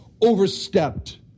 overstepped